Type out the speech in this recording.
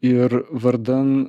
ir vardan